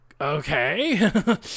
okay